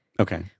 Okay